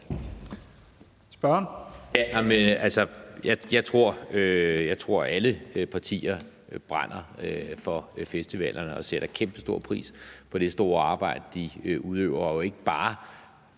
Jørgensen (V): Jeg tror, at alle partier brænder for festivalerne og sætter kæmpestor pris på det store arbejde, de udøver, og ikke bare